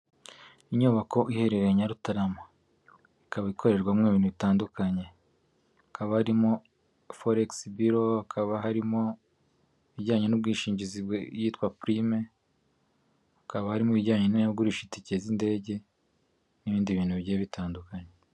Inyubako iherereye Nyarutarama, ikaba ikorerwamo ibintu bitandukanye. Hakaba harimo foregisi biro, hakaba harimo ibijyanye n'ubwishingizi bwitwa purime, hakaba harimo ibijyanye n'abagurisha itike z'indege n'ibindi bintu bigiye bitandukanye.